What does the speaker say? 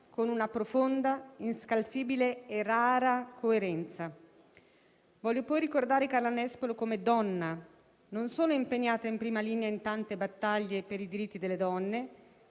con una profonda, inscalfibile e rara coerenza. Voglio poi ricordare Carla Nespolo come donna, non solo impegnata in prima linea in tante battaglie per i diritti delle donne,